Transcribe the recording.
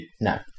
No